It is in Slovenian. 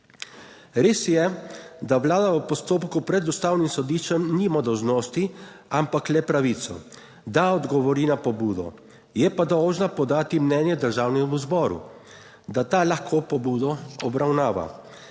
Res je, da Vlada v postopku pred Ustavnim sodiščem nima dolžnosti, ampak le pravico, da odgovori na pobudo, je pa dolžna podati mnenje Državnemu zboru, da ta lahko pobudo obravnava.